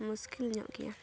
ᱢᱩᱥᱠᱤᱞ ᱧᱚᱜ ᱜᱮᱭᱟ